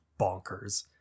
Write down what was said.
bonkers